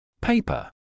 Paper